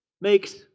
makes